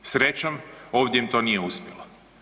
Srećom ovdje im to nije uspjelo.